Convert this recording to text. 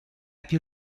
più